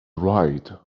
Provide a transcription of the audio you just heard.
ride